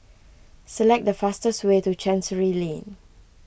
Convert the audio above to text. select the fastest way to Chancery Lane